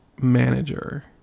manager